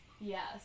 Yes